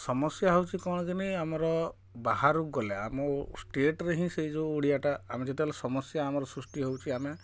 ସମସ୍ୟା ହଉଛି କ'ଣ କି ଆମର ବାହାରକୁ ଗଲେ ଆମ ଷ୍ଟେଟ୍ରେ ହିଁ ସେ ଯେଉଁ ଓଡ଼ିଆଟା ଆମେ ଯେତେବେଳେ ସମସ୍ୟା ଆମର ସୃଷ୍ଟି ହଉଛି ଆମେ